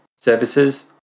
services